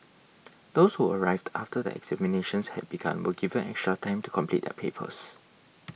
those who arrived after the examinations had begun were given extra time to complete their papers